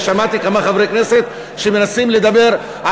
שמעתי כמה חברי כנסת שמנסים לדבר,